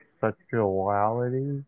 sexuality